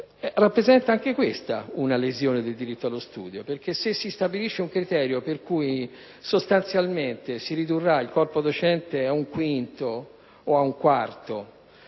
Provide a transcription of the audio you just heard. rappresenta a sua volta una lesione del diritto allo studio, perché se si stabilisce un criterio per cui si ridurrà il corpo docente ad un quinto o ad un quarto